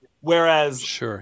whereas